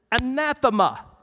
anathema